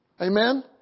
Amen